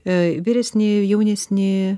ė vyresni jaunesni